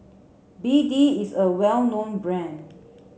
B D is a well known brand